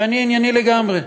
שאני ענייני לגמרי.